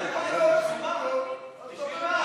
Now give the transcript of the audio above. יואל,